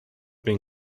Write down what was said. been